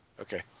Okay